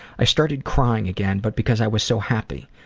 i started crying again but because i was so happy.